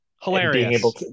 Hilarious